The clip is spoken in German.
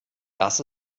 das